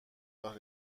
راه